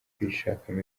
kwishakamo